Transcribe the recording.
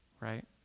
right